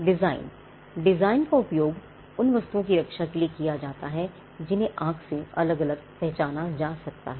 design design का उपयोग उन वस्तुओं की रक्षा के लिए किया जाता है जिन्हें आंख से अलग अलग पहचाना जा सकता है